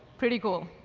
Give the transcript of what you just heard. pretty cool.